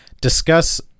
Discuss